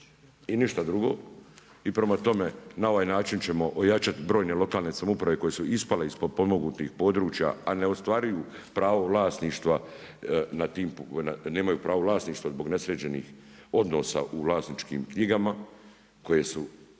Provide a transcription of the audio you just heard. i ništa drugo. I prema tome, na ovaj način ćemo ojačat brojne lokalne samouprave koje su ispale iz potpomognutih područja, a ne ostvaruju pravo vlasništva nad tim, nemaju pravo vlasništva zbog nesređenih odnosa u vlasničkim knjigama koje su